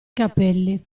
capelli